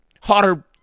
Hotter